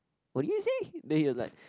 what did you say then he was like